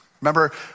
Remember